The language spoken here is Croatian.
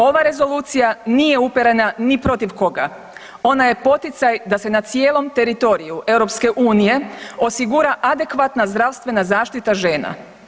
Ova rezolucija nije uperena ni protiv koga, ona je poticaj da se na cijelom teritoriju EU osigura adekvatna zdravstvena zaštita žena.